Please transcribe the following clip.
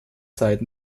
zeit